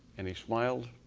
and he smiled,